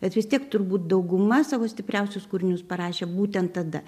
bet vis tiek turbūt dauguma savo stipriausius kūrinius parašė būtent tada